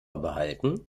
behalten